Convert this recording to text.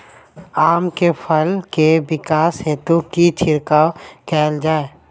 आम केँ फल केँ विकास हेतु की छिड़काव कैल जाए?